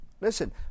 Listen